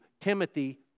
Timothy